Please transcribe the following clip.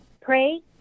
pray